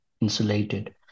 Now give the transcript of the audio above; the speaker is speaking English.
insulated